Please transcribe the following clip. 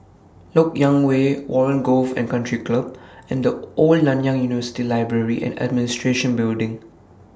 Lok Yang Way Warren Golf and Country Club and The Old Nanyang University Library and Administration Building